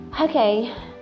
Okay